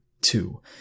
Two